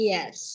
Yes